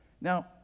Now